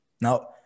Now